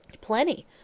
Plenty